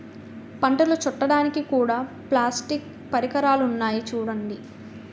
పంటను చుట్టడానికి కూడా ప్లాస్టిక్ పరికరాలున్నాయి చూడండి